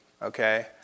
Okay